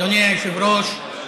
אדוני היושב-ראש,